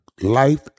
life